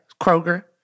Kroger